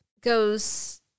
goes